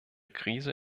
krise